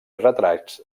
retrats